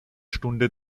stunde